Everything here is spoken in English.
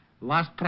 Last